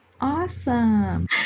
Awesome